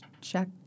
check